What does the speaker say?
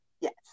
Yes